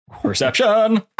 Perception